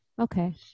Okay